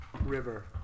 River